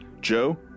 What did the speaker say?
Joe